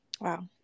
wow